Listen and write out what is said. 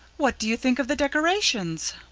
what do you think of the decorations?